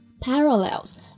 Parallels